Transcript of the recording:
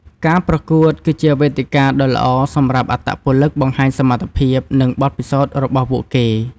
ការប្រកួតគឺជាវេទិកាដ៏ល្អសម្រាប់អត្តពលិកបង្ហាញសមត្ថភាព និងបទពិសោធន៍របស់ពួកគេ។